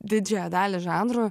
didžiąją dalį žanro